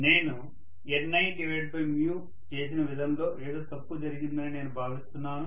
నేను Ni చేసిన విధంలో ఏదో తప్పు జరిగిందని నేను భావిస్తున్నాను